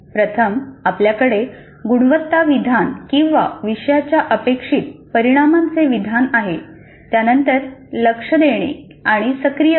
प्रथम आपल्याकडे गुणवत्ता विधान किंवा विषयाच्या अपेक्षित परिणामांचे विधान आहे त्यानंतर लक्ष देणे आणि सक्रिय करणे